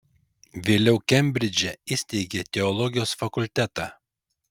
vėliau kembridže įsteigė teologijos fakultetą